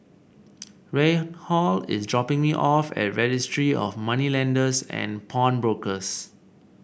Reinhold is dropping me off at Registry of Moneylenders and Pawnbrokers